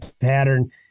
pattern